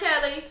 Kelly